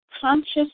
conscious